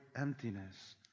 emptiness